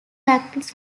matrices